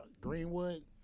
Greenwood